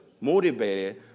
motivated